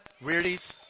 Weirdies